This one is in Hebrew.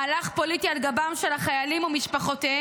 מהלך פוליטי על גבם של החיילים ומשפחותיהם,